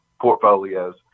portfolios